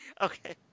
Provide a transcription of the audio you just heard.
Okay